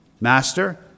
Master